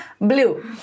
Blue